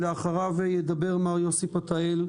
אחריו ידבר מר יוסי פתאל,